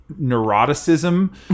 neuroticism